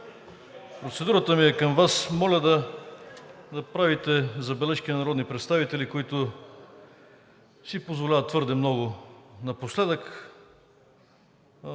процедурата ми е към Вас. Моля да правите забележки на народни представители, които си позволяват твърде много. Напоследък